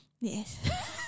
Yes